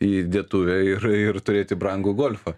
į dėtuvę ir ir turėti brangų golfą